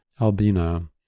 Albina